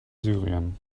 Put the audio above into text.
syrien